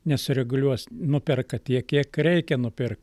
nesureguliuos nuperka tiek kiek reikia nupirkt